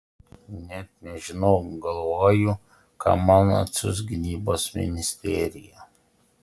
net nežinau galvoju ką man atsiųs gynybos ministerija